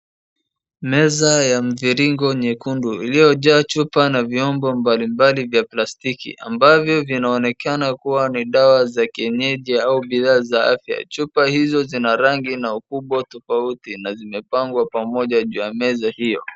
Meza ya mviringo nyekundu iliyojaa chupa na vyombo mbalimbali vya plastiki amabvyo vinaonekana kuwa ni dawa za kienyeji au bidhaa za afya. Chupa hizo zina rangi na ukubwa tofauti na zimepangwa pamoja juu ya meza hiyo.